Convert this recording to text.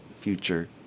future